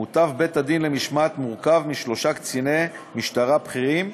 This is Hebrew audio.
מותב בית-הדין למשמעת מורכב משלושה קציני משטרה בכירים,